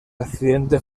accidente